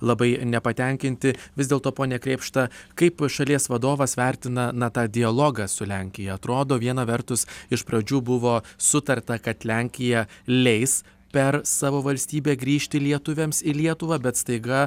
labai nepatenkinti vis dėlto pone krėpšta kaip šalies vadovas vertina na tą dialogą su lenkija atrodo viena vertus iš pradžių buvo sutarta kad lenkija leis per savo valstybę grįžti lietuviams į lietuvą bet staiga